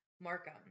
Markham